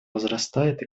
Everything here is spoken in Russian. возрастает